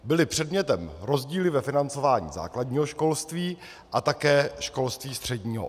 Byly předmětem rozdíly ve financování základního školství a také školství středního.